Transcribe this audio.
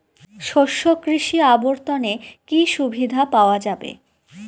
শস্য কৃষি অবর্তনে কি সুবিধা পাওয়া যাবে?